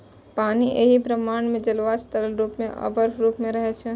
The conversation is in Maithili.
पानि एहि ब्रह्मांड मे जल वाष्प, तरल रूप मे आ बर्फक रूप मे रहै छै